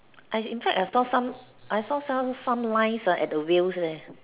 I in fact I saw some some lines uh at the wheels there